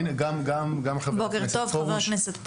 הנה גם חבר הכנסת פרוש.